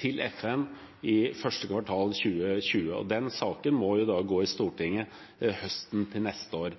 til FN i 1. kvartal 2020, og den saken må da gå i Stortinget til høsten neste år.